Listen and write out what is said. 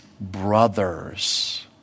brothers